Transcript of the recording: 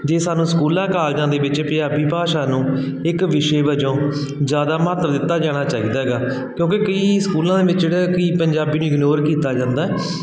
ਜੇ ਸਾਨੂੰ ਸਕੂਲਾਂ ਕਾਲਜਾਂ ਦੇ ਵਿੱਚ ਪੰਜਾਬੀ ਭਾਸ਼ਾ ਨੂੰ ਇੱਕ ਵਿਸ਼ੇ ਵਜੋਂ ਜ਼ਿਆਦਾ ਮਹੱਤਵ ਦਿੱਤਾ ਜਾਣਾ ਚਾਹੀਦਾ ਹੈਗਾ ਕਿਉਂਕਿ ਕਈ ਸਕੂਲਾਂ ਦੇ ਵਿੱਚ ਜਿਹੜਾ ਕਿ ਪੰਜਾਬੀ ਨੂੰ ਇਗਨੋਰ ਕੀਤਾ ਜਾਂਦਾ